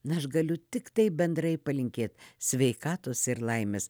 na aš galiu tiktai bendrai palinkėt sveikatos ir laimės